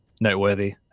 noteworthy